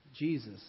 Jesus